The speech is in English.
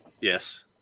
Yes